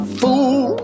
fool